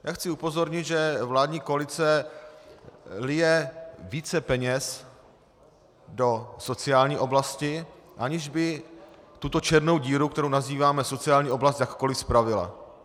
Já chci upozornit, že vládní koalice lije více peněz do sociální oblasti, aniž by tuto černou díru, kterou nazýváme sociální oblast, jakkoliv spravila.